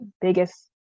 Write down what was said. biggest